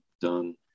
done